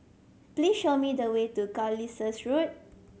please show me the way to Carlisle Road